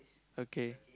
okay